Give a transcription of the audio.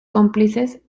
cómplices